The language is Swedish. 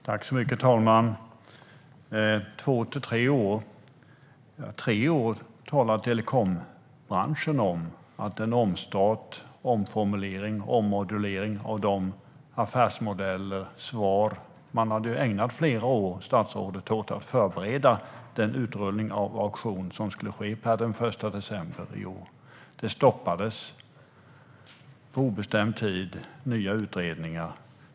Herr talman! Jag sa två till tre år. Tre år talar telekombranschen om när det gäller en omstart, omformulering och ommodulering av affärsmodeller. Man hade ju, statsrådet, ägnat flera år åt att förbereda för den utrullning av auktionen som skulle ske den 1 december i år. Den stoppades på obestämd tid. Det är nya utredningar.